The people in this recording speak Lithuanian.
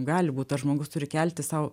gali būt tas žmogus turi kelti sau